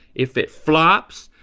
if it flops,